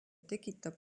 tekitab